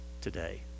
today